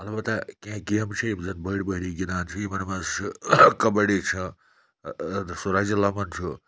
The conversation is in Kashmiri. البتہ کینٛہہ گیمہٕ چھےٚ یِم زَن بٔڑۍ مٔہنِو گِنٛدان چھِ یِمَن منٛز چھُ کَبَڈی چھُ سُہ رَزِ لَمُن چھُ